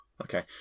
Okay